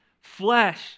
flesh